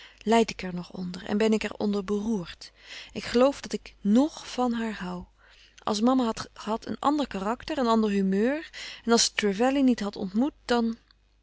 lijd ik er nog onder en ben ik er onder beroerd ik geloof dat ik ng van haar hoû als mama had gehad een ander karakter een ander humeur en als ze trevelley niet had ontmoet dan